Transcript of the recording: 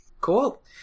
Cool